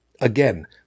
again